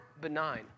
benign